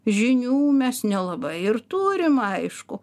žinių mes nelabai ir turim aišku